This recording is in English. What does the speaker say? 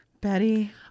betty